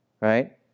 right